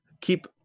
keep